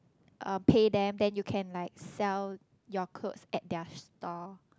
uh pay them then you can like sell your clothes at their store